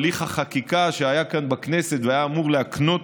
הליך החקיקה שהיה כאן בכנסת והיה אמור להקנות